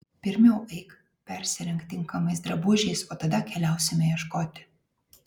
pirmiau eik persirenk tinkamais drabužiais o tada keliausime ieškoti